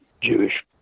Jewish